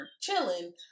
Chilling